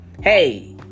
Hey